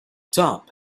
top